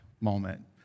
moment